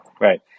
Right